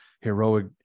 heroic